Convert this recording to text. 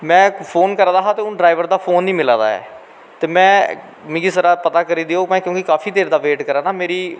में फोन करा दा हा ते हून ड्राईवर दा फोन नी मिला दा ऐ ते में मिगी पता करी देओ में काफी देर दा वेट करा ना मेरी